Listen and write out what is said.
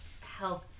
Help